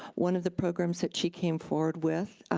one of the programs that she came forward with,